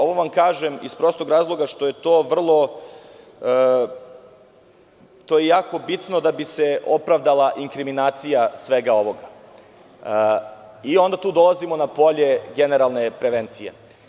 Ovo vam kažem iz prostog razloga što je to jako bitno da bi se opravdala inkriminacija svega ovoga i onda tu dolazimo na polje generalne prevencije.